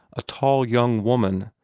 a tall young woman,